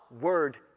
word